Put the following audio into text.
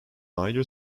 either